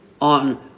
on